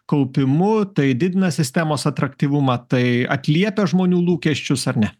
kaupimu tai didina sistemos atraktyvumą tai atliepia žmonių lūkesčius ar ne